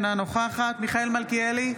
אינה נוכחת מיכאל מלכיאלי,